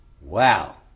Wow